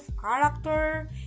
character